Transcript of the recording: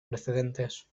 precedentes